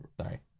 sorry